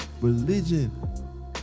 religion